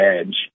edge